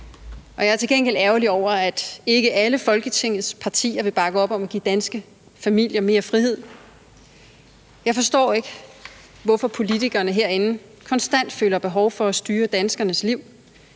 jeg er til gengæld ærgerlig over, at ikke alle Folketingets partier vil bakke op om at give danske familier mere frihed. Jeg forstår ikke, hvorfor politikerne herinde konstant føler behov for at styre danskernes liv.